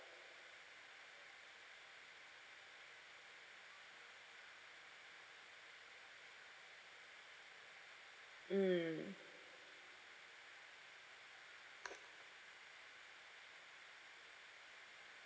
mm